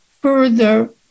further